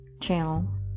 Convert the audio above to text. channel